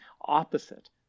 opposite